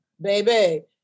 baby